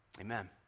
Amen